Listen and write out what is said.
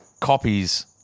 copies